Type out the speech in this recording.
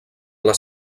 les